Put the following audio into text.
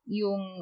yung